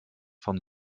von